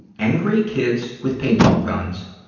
angry kids with paintball guns